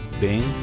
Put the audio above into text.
Bing